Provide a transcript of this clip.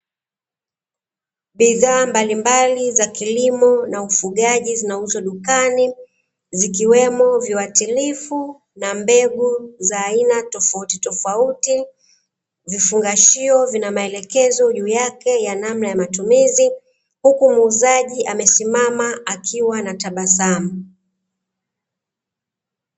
Bidhaa mbalimbali za kilimo na ufugaji zinauzwa dukani, zikiwemo viwatilifu na mbegu za aina tofauti tofauti, vifungashio vina maelekezo juu yake ya namna ya matumizi, huku muuzaji amesimama akiwa na tabasamu.